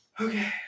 Okay